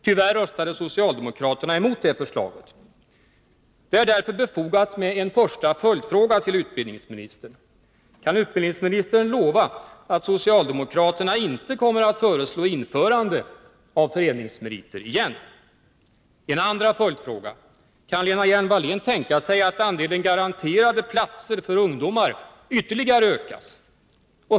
Tyvärr röstade socialdemokraterna emot det förslaget. Det är därför befogat med en första följdfråga till utbildningsministern: Kan utbildningsministern lova att socialdemokraterna inte kommer att föreslå införande av föreningsmeriter igen? En andra följdfråga är: Kan Lena Hjelm-Wallén tänka sig att andelen garanterade platser för ungdomar ytterligare ökas?